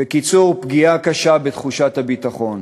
בקיצור, פגיעה קשה בתחושת הביטחון.